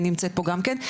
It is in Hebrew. נמצאת פה גם כן,